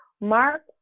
Mark